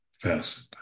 facet